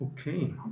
Okay